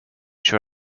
sri